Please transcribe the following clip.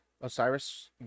osiris